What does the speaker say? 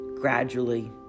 gradually